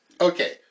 Okay